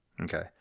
Okay